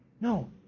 No